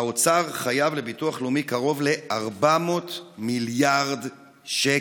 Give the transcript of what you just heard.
האוצר חייב לביטוח הלאומי קרוב ל-400 מיליארד שקל.